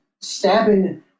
stabbing